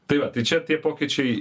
tai va tai čia tie pokyčiai